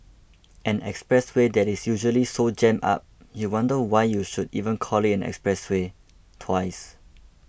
an expressway that is usually so jammed up you wonder why you should even call it an expressway twice